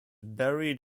buried